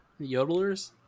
yodelers